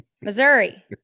Missouri